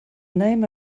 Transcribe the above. name